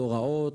הוראות,